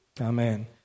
Amen